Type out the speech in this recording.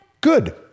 Good